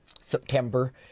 september